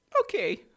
Okay